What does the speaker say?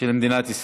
אין מתנגדים.